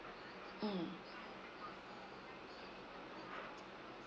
mm